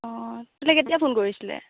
অঁ তোলৈ কেতিয়া ফোন কৰিছিলে